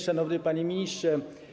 Szanowny Panie Ministrze!